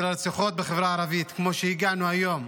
הרציחות בחברה הערבית כמו שהגענו היום.